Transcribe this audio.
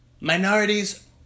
Minorities